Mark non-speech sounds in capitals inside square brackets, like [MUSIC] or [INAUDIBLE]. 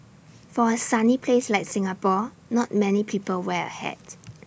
for A sunny place like Singapore not many people wear A hat [NOISE]